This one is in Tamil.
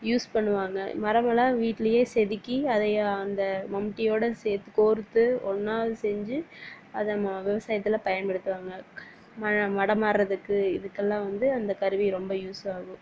யூஸ் பண்ணுவாங்க மரம் எல்லாம் வீட்லேயே செதுக்கி அதில் அந்த மம்பட்டியோட சேர்த்து கோர்த்து ஒன்றா செஞ்சு அதை விவசாயத்தில் பயன்படுத்துவாங்க மரம் அறுக்குறது இதுக்கெல்லாம் வந்து அந்த கருவி ரொம்ப யூஸ் ஆகும்